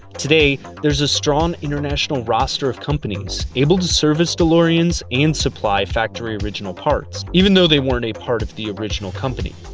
today, there's a strong international roster of companies able to service deloreans and supply factory original parts, even though they weren't a part of the original company.